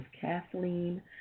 Kathleen